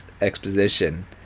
exposition